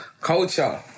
Culture